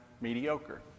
mediocre